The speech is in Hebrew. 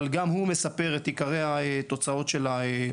אבל גם הוא מספר את עיקרי התוצאות של הביקורת.